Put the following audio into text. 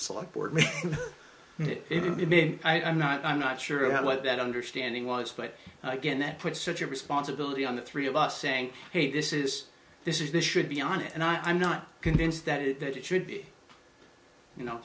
select board and it didn't mean i'm not i'm not sure what that understanding was but again that puts such a responsibility on the three of us saying hey this is this is this should be on it and i'm not convinced that it that it should be you know